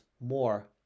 more